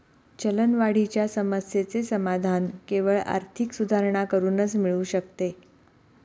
चलनवाढीच्या समस्येचे समाधान केवळ आर्थिक सुधारणा करूनच मिळू शकते